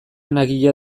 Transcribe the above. nagia